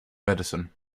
medicine